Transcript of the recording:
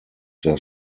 their